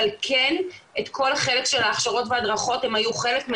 אבל כן בכל החלק של ההכשרות וההדרכות הם היו חלק,